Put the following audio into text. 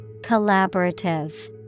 Collaborative